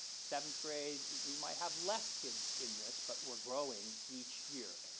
seventh grade. we might have less kids in this, but we're growing each year.